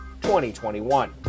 2021